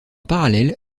parallèle